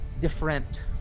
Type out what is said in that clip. different